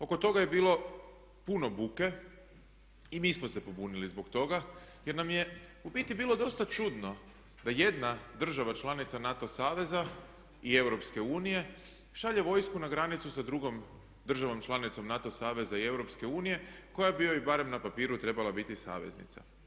Oko toga je bilo puno buke i mi smo se pobunili zbog toga jer nam je u biti bilo dosta čudno da jedna država članica NATO saveza i EU šalje vojsku na granicu sa drugom državom članicom NATO saveza i EU koja bi joj barem na papiru trebala biti saveznica.